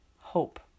Hope